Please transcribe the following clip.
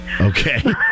Okay